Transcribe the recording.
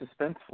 suspenseful